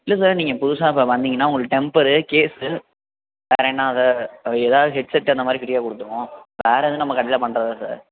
இல்லை சார் நீங்கள் புதுசாக இப்போ வந்தீங்கன்னா உங்களுக்கு டெம்ப்பரு கேஸ்ஸு அப்புறம் என்னது எதாவது ஹெட்செட்டு அந்தமாதிரி ஃப்ரீயாக கொடுத்துருவோம் வேறு எதுவும் நம்ம கடையில் பண்ணுறதில்ல சார்